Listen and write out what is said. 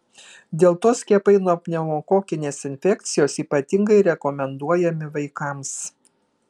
dėl to skiepai nuo pneumokokinės infekcijos ypatingai rekomenduojami vaikams